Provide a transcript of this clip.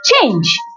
change